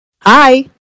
Hi